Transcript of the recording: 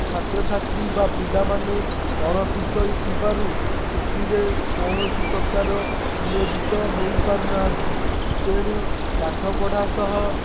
ଛାତ୍ରଛାତ୍ରୀ ବା ପିଲାମାନେ ଅଣକୁଶଳୀ ଥିବାରୁ ସେଥିରେ କୌଣସିପ୍ରକାର ନିୟୋଜିତ ହୋଇପାରୁନାହାନ୍ତି ତେଣୁ ପାଠପଢ଼ା ସହ